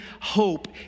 hope